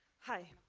hi,